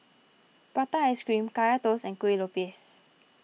Prata Ice Cream Kaya Toast and Kueh Lopes